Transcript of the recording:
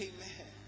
Amen